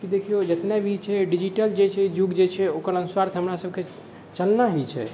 कि देखियौ जितने भी छै डिजीटल जे छै युग जे छै ओकर अनुसार तऽ हमरासभके चलना ही छै